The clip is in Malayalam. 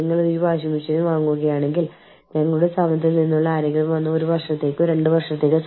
നിങ്ങൾക്കറിയാമോ അവർ സ്കൂളിലാണെങ്കിൽ കുട്ടികളുടെ സ്കൂളിന്റെ ഫീസിന്റെ ഒരു ഭാഗം അടയ്ക്കാൻ അവർ തീരുമാനിച്ചേക്കാം